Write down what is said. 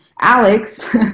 Alex